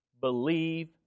believe